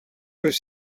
peut